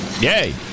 Yay